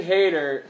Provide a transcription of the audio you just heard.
Hater